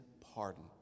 pardon